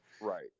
right